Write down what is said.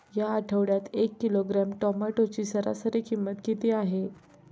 या आठवड्यात एक किलोग्रॅम टोमॅटोची सरासरी किंमत किती आहे?